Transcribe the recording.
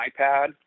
iPad